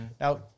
Now